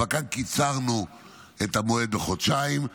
אבל כאן הקדמנו את המועד בחודשיים,